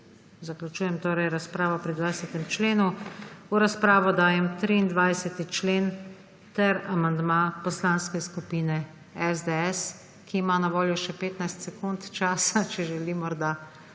Zaključujem torej razpravo pri 20. členu. V razpravo dajem 23. člen ter amandma Poslanske skupine SDS, ki ima na voljo še 15 sekund časa, če želi morda